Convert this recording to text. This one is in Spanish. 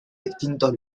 distintos